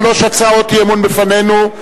שלוש הצעות אי-אמון לפנינו,